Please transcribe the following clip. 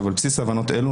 על בסיס הבנות אלה,